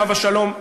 עליו השלום,